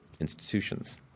institutions